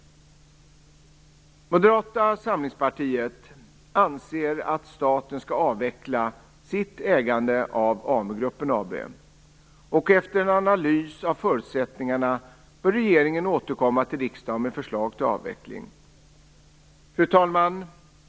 Moderata samlingspartiet anser att staten skall avveckla sitt ägande av AmuGruppen AB. Och efter en analys av förutsättningarna bör regeringen återkomma till riksdagen med förslag till avveckling. Fru talman!